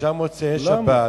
אפשר מוצאי-שבת,